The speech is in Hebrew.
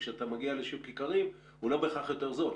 כשאתה מגיע לשוק איכרים הוא לא בהכרח יותר זול.